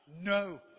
No